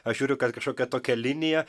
aš žiūriu kad kažkokia tokia linija